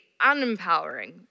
unempowering